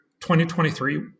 2023